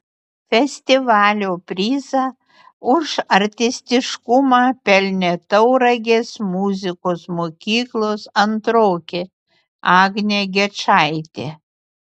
festivalio prizą už artistiškumą pelnė tauragės muzikos mokyklos antrokė agnė gečaitė